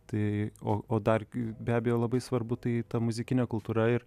tai o o dar be abejo labai svarbu tai ta muzikinė kultūra ir